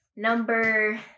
Number